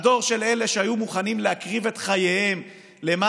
הדור של אלה שהיו מוכנים להקריב את חייהם למען